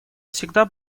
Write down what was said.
всегда